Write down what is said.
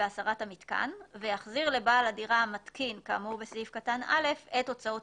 בהסרת המיתקן ויחזיר לבעל הדירה המתקין כאמור בסעיף קטן (א) את הוצאות